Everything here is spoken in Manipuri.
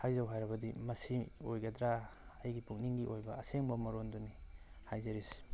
ꯍꯥꯏꯖꯧ ꯍꯥꯏꯔꯕꯗꯤ ꯃꯁꯤ ꯑꯣꯏꯒꯗ꯭ꯔꯥ ꯑꯩꯒꯤ ꯄꯨꯛꯅꯤꯡꯒꯤ ꯑꯣꯏꯕ ꯑꯁꯦꯡꯕ ꯃꯔꯣꯜꯗꯨꯅꯤ ꯍꯥꯏꯖꯔꯤꯁꯤ